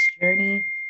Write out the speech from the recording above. journey